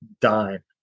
dime